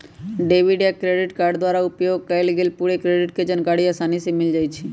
debit आ credit card द्वारा उपयोग कएल गेल पूरे क्रेडिट के जानकारी असानी से मिल जाइ छइ